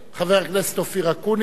חבר הכנסת אופיר אקוניס,